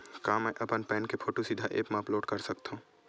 का मैं अपन पैन के फोटू सीधा ऐप मा अपलोड कर सकथव?